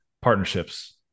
Partnerships